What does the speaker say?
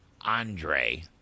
Andre